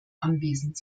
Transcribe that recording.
anwesend